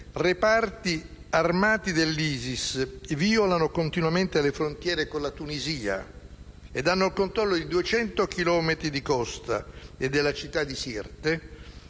reparti armati dell'ISIS violano continuamente le frontiere con la Tunisia e hanno il controllo di 200 chilometri di costa e della città di Sirte,